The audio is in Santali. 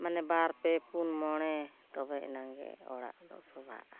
ᱢᱟᱱᱮ ᱵᱟᱨ ᱯᱮ ᱯᱩᱱ ᱢᱚᱬᱮ ᱛᱚᱵᱮ ᱮᱱᱟᱝᱜᱮ ᱚᱲᱟᱜ ᱫᱚ ᱥᱚᱵᱷᱟᱜᱼᱟ